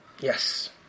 Yes